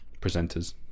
presenters